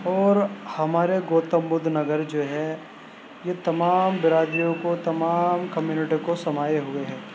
اور ہمارے گوتم بدھ نگر جو ہے یہ تمام برادریوں کو تمام کمیونٹیوں کو سمائے ہوئے ہے